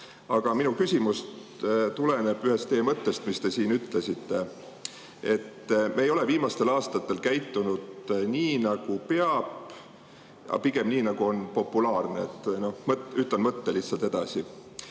Aga minu küsimus tuleneb ühest teie mõttest, mida te siin ütlesite, et me ei ole viimastel aastatel käitunud nii, nagu peab, vaid pigem nii, nagu on populaarne. Ma ütlesin lihtsalt teie